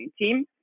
team